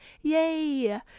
Yay